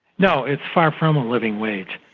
no, it's far from a living wage.